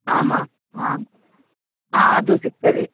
ಹಾಂ ಹಾಂ ಹಾಂ ಹಾಂ ಅದು ಸಿಗ್ತದೆ